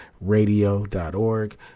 radio.org